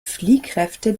fliehkräfte